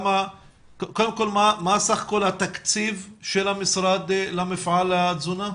קודם כל מה סך כל התקציב של המשרד למפעל התזונה?